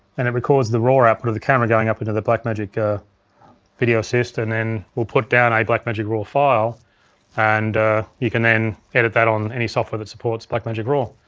and it records the raw output of the camera going up into the blackmagic ah video assist and then will put down a blackmagic raw file and you can then edit that on any software that supports blackmagic raw.